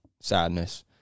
sadness